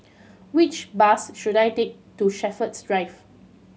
which bus should I take to Shepherds Drive